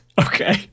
okay